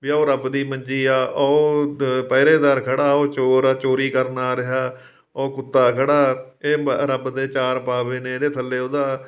ਵੀ ਉਹ ਰੱਬ ਦੀ ਮੰਜੀ ਆ ਉਹ ਪਹਿਰੇਦਾਰ ਖੜਾ ਉਹ ਚੋਰ ਆ ਚੋਰੀ ਕਰਨ ਆ ਰਿਹਾ ਉਹ ਕੁੱਤਾ ਖੜਾ ਇਹ ਰੱਬ ਦੇ ਚਾਰ ਪਾਵੇ ਨੇ ਇਹਦੇ ਥੱਲੇ ਉਹਦਾ